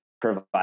provide